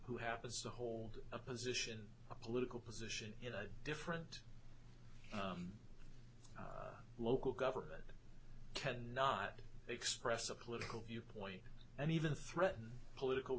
who happens to hold a position a political position in a different local government cannot express a political viewpoint and even threaten political